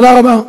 תודה רבה.